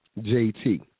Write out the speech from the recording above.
JT